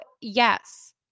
yes